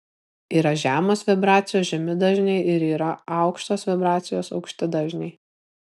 yra žemos vibracijos žemi dažniai ir yra aukštos vibracijos aukšti dažniai